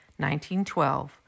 1912